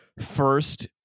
first